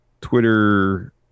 twitter